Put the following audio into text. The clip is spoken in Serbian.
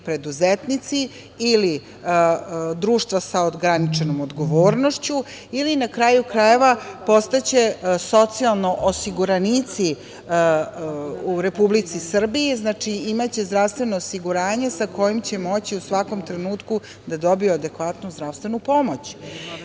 preduzetnici, ili društva sa ograničenom odgovornošću ili na kraju krajeva, postaće socijalni osiguranici u Republici Srbiji, znači imaće zdravstveno osiguranje sa kojim će moći u svakom trenutku da dobiju adekvatnu zdravstvenu pomoć. Prema